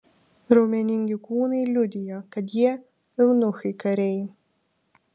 raumeningi kūnai liudijo kad jie eunuchai kariai